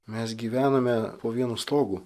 mes gyvename po vienu stogu